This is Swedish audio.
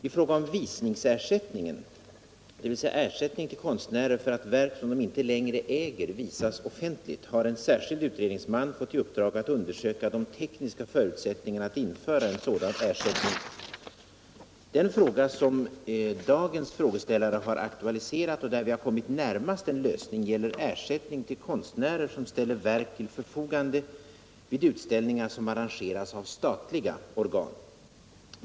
I fråga om visningsersättningen, dvs. ersättningen till konstnärer för att verk som de inte längre äger visas offentligt, har en särskild utredningsman fått i uppdrag att undersöka de tekniska förutsättningarna för att införa en sådan ersättning. Den fråga som dagens frågeställare har aktualiserat — och där vi har kommit närmast en lösning — gäller ersättning till konstnärer som ställer verk till förfogande vid utställningar som arrangeras av statliga organ.